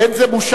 אין זה בושה,